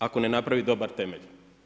ako ne napravi dobar temelj.